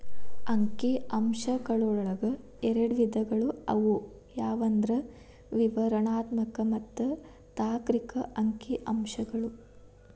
ಅಂಕಿ ಅಂಶಗಳೊಳಗ ಎರಡ್ ವಿಧಗಳು ಅವು ಯಾವಂದ್ರ ವಿವರಣಾತ್ಮಕ ಮತ್ತ ತಾರ್ಕಿಕ ಅಂಕಿಅಂಶಗಳು